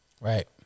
Right